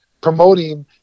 promoting